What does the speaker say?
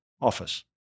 office